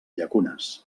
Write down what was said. llacunes